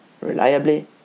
reliably